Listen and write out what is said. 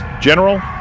General